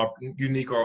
unique